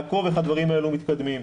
לעקוב איך הדברים האלה מתקדמים,